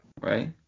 Right